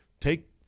Take